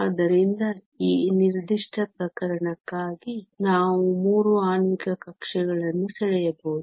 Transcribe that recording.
ಆದ್ದರಿಂದ ಈ ನಿರ್ದಿಷ್ಟ ಪ್ರಕರಣಕ್ಕಾಗಿ ನಾವು 3 ಆಣ್ವಿಕ ಕಕ್ಷೆಗಳನ್ನು ಸೆಳೆಯಬಹುದು